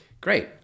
great